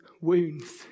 wounds